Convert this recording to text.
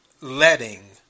letting